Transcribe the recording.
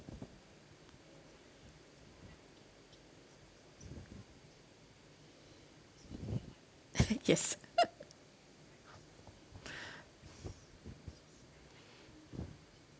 yes